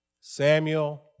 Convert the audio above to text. Samuel